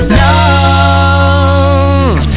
love